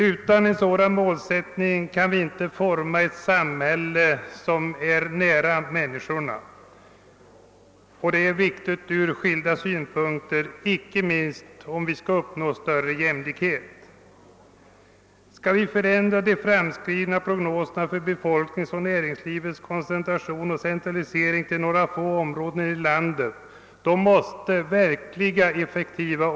Utan en sådan målsättning kan vi inte forma ett samhälle, som är människorna nära, något som är viktigt ur skilda synpunkter, icke minst med hänsyn till strävandena att uppnå en större jämlikhet.